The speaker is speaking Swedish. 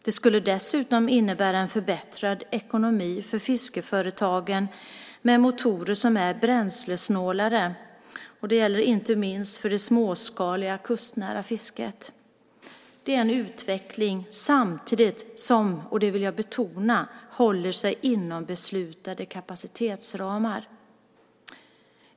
Det skulle dessutom innebära en förbättrad ekonomi för fiskeföretagen med motorer som är bränslesnålare. Det gäller inte minst för det småskaliga kustnära fisket. Det är en utveckling som samtidigt, vilket jag vill betona, håller sig inom beslutade kapacitetsramar.